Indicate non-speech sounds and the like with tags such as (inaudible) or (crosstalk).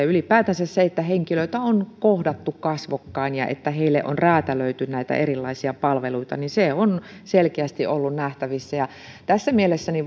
(unintelligible) ylipäätänsä se että henkilöitä on kohdattu kasvokkain ja että heille on räätälöity näitä erilaisia palveluita on selkeästi ollut nähtävissä tässä mielessä